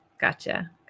gotcha